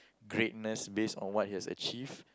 greatness based on what he has achieved